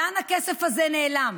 לאן הכסף הזה נעלם?